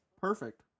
perfect